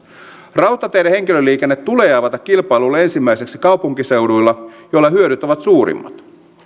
rautateiden henkilöliikenne tulee avata kilpailulle ensimmäiseksi kaupunkiseuduilla joilla hyödyt ovat suurimmat